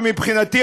ומבחינתי,